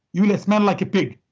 you will smell like a pig.